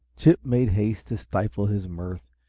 chip made haste to stifle his mirth,